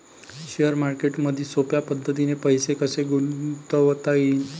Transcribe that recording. Share मार्केटमधी सोप्या पद्धतीने पैसे कसे गुंतवता येईन?